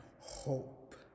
hope